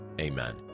Amen